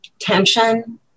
tension